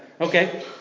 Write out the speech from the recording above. Okay